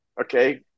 okay